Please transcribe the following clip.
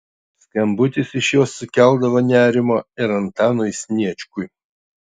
skambutis iš jos sukeldavo nerimo ir antanui sniečkui